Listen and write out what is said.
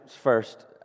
first